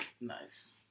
Nice